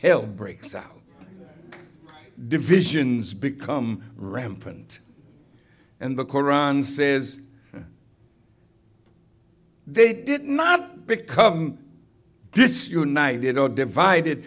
hell breaks out divisions become rampant and the koran says they did not become disunited or divided